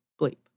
bleep